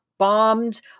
bombed